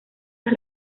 las